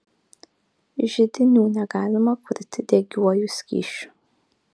židinių negalima kurti degiuoju skysčiu